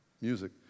music